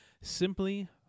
simply